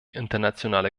internationale